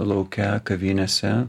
lauke kavinėse